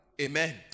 Amen